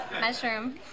Mushroom